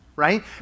right